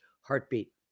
heartbeat